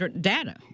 data